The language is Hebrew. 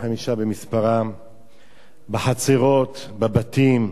45 במספר, בחצרות, בבתים,